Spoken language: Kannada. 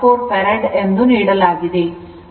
0014 farad ಎಂದು ನೀಡಲಾಗಿದೆ